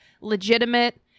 legitimate